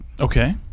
okay